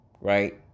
right